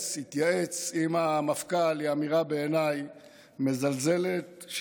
ויתייעץ עם המפכ"ל היא אמירה מזלזלת בעיניי,